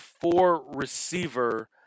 four-receiver